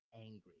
angry